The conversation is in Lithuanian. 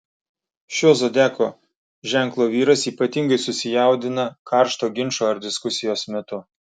šio zodiako ženklo vyras ypatingai susijaudina karšto ginčo ar diskusijos metu